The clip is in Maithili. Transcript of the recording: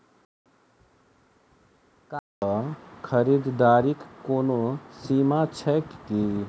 कार्ड सँ खरीददारीक कोनो सीमा छैक की?